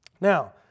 Now